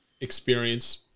experience